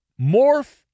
morph